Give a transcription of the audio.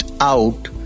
out